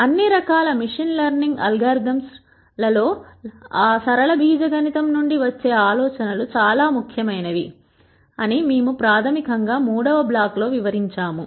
అన్ని రకాల machine learning అల్గోరిథంలలో సరళ బీజగణితం నుండి వచ్చే ఆలోచనలు చాలా ముఖ్యమైనవి అని మేము ప్రాథమికంగా మూడవ బ్లాక్ లో వివరించాము